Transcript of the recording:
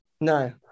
No